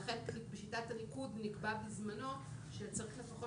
לכן בשיטת הניקוד נקבע בזמנו שצריך לפחות